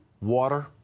water